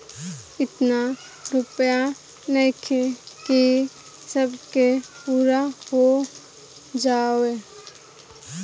एतना रूपया नइखे कि सब के पूरा हो जाओ